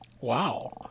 Wow